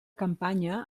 campanya